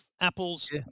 Apple's